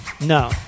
No